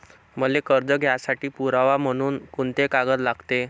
मले कर्ज घ्यासाठी पुरावा म्हनून कुंते कागद लागते?